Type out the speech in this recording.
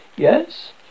Yes